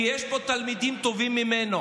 כי יש פה תלמידים טובים ממנו.